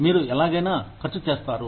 మీరు ఎలాగైనా ఖర్చు చేస్తారు